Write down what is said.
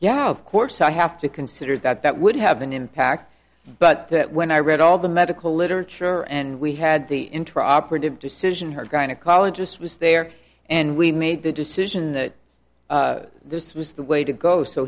yeah of course i have to consider that that would have an impact but when i read all the medical literature and we had the intra operative decision her gynecologist was there and we made the decision that this was the way to go so